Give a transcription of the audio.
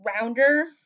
rounder